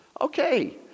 Okay